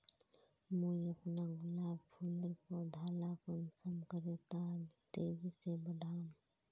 मुई अपना गुलाब फूलेर पौधा ला कुंसम करे तेजी से बढ़ाम?